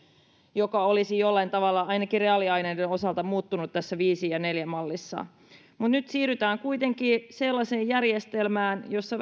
joka olisi jollain tavalla ainakin reaaliaineiden osalta muuttunut tässä viisi ja neljä mallissa mutta nyt siirrytään kuitenkin sellaiseen järjestelmään jossa